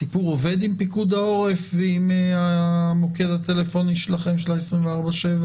הסיפור עובד עם פיקוד העורף ועם המוקד הטלפוני שלכם של 24/7?